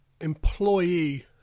employee